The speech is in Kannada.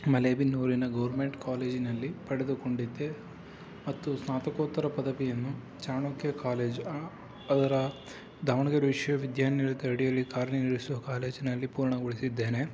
ಮಲೆಬೆನ್ನೂರಿನ ಗೋರ್ಮೆಂಟ್ ಕಾಲೇಜಿನಲ್ಲಿ ಪಡೆದುಕೊಂಡಿದ್ದೆ ಮತ್ತು ಸ್ನಾತಕೋತ್ತರ ಪದವಿಯನ್ನು ಚಾಣಕ್ಯ ಕಾಲೇಜ್ ಅದರ ದಾವಣಗೆರೆ ವಿಶ್ವವಿದ್ಯಾನಿಲಯದ ಅಡಿಯಲ್ಲಿ ಕಾರ್ಯನಿರ್ವಹಿಸುವ ಕಾಲೇಜಿನಲ್ಲಿ ಪೂರ್ಣಗೊಳಿಸಿದ್ದೇನೆ